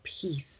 peace